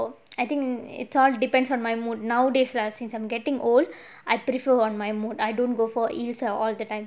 so I think it all depends on my mood nowadays lah since I'm getting old I prefer on my mood I don't go for heels ah all the time